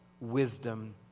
wisdom